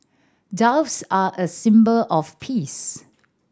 doves are a symbol of peace